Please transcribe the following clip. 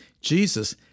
Jesus